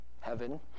heaven